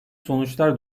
sonuçlar